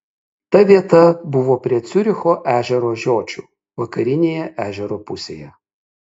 ta vieta buvo prie ciuricho ežero žiočių vakarinėje ežero pusėje